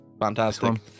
Fantastic